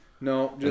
No